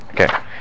Okay